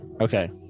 Okay